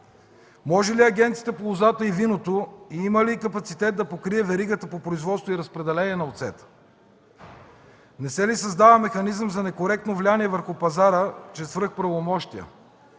Може ли Агенцията по лозата и виното и има ли капацитет да покрие веригата по производство и разпределение на оцета? Не се ли създава механизъм за некоректно влияние върху пазара чрез свръхправомощия?